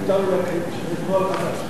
הוא, לקבוע נוהל.